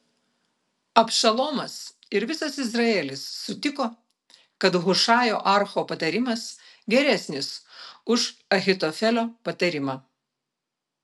abšalomas ir visas izraelis sutiko kad hušajo archo patarimas geresnis už ahitofelio patarimą